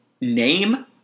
name